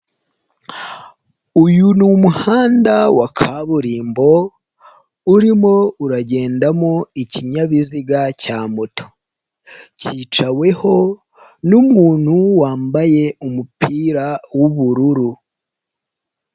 Uyu numuhanda wa kaburimbo urimo uragendamo ikinyabiziga cya moto. Kicaweho n'umuntu wambaye umupira w'ubururu.